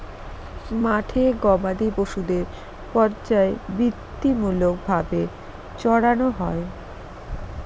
মাঠে গোবাদি পশুদের পর্যায়বৃত্তিমূলক ভাবে চড়ানো হয়